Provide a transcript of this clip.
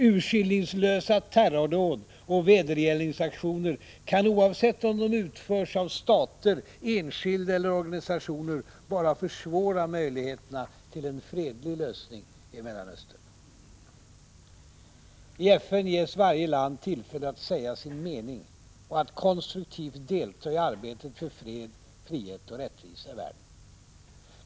Urskillningslösa terrordåd och vedergällningsaktioner kan — oavsett om de utförs av stater, enskilda eller organisationer — bara försvåra möjligheterna till en fredlig lösning i Mellanöstern. I FN ges varje land tillfälle att säga sin mening och att konstruktivt delta i arbetet för fred, frihet och rättvisa i världen.